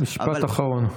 משפט אחרון.